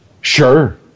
Sure